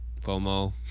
FOMO